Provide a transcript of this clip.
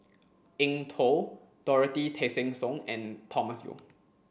Eng Tow Dorothy Tessensohn and Thomas Yeo